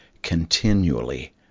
continually